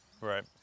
Right